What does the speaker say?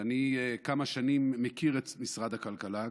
ואני כמה שנים מכיר את משרד הכלכלה,